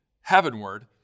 heavenward